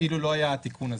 אילו לא היה התיקון הזה.